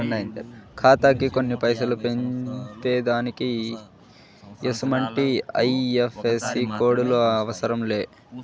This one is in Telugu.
ఖాతాకి కొన్ని పైసలు పంపేదానికి ఎసుమంటి ఐ.ఎఫ్.ఎస్.సి కోడులు అవసరం లే